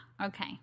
okay